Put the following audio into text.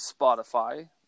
Spotify